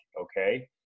okay